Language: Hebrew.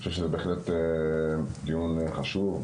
אני חושב שזה בהחלט דיון חשוב,